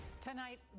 Tonight